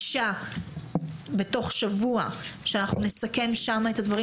הפגישה בתוך שבוע שאנחנו נסכם שם את הדברים